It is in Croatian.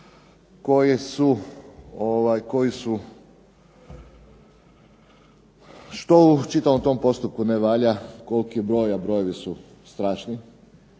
koji su, što u čitavom tom postupku ne valja, koliki je broj, a brojevi su strašni,